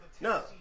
No